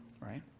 Right